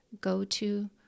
go-to